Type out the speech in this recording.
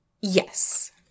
Yes